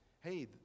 Hey